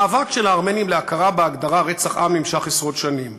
המאבק של הארמנים להכרה בהגדרה רצח עם נמשך עשרות שנים.